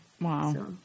wow